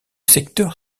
secteur